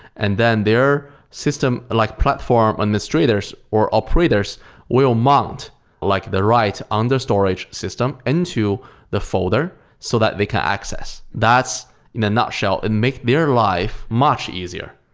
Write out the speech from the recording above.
and then their system, like platform administrators or operators will mount like the right under storage system into the folder so that they can access. that's in a nutshell and make their life much easier.